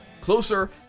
closer